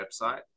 website